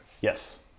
Yes